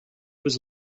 was